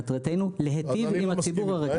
מטרתנו היא להטיב עם הציבור.